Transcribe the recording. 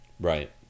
right